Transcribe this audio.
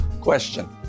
Question